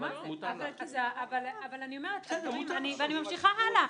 ואני ממשיכה הלאה.